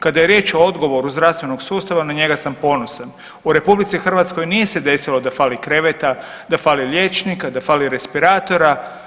Kada je riječ o odgovoru zdravstvenog sustava na njega sam ponosan, u RH nije se desilo da fali kreveta, da fali liječnika, da fali respiratora.